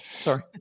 Sorry